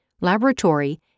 laboratory